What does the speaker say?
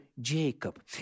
Jacob